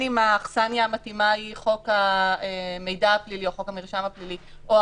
האכסניה המתאימה היא בחוק המידע הפלילי או הרגולציה